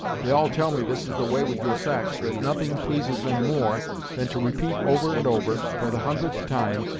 they all tell me this is the way with your sex, that nothing pleases them more than to repeat over and over, for the hundredth time,